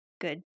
good